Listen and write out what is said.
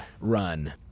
run